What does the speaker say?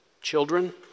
Children